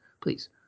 please